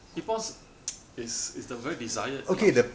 Epon is is the very desired pr~